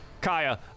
Kaya